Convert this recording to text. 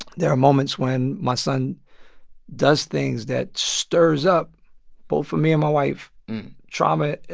there are moments when my son does things that stirs up both for me and my wife trauma,